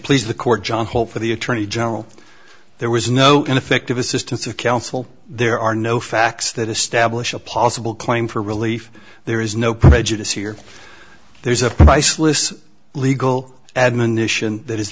please the court john hope for the attorney general there was no ineffective assistance of counsel there are no facts that establish a possible claim for relief there is no prejudice here there's a priceless legal admonition that is